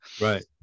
right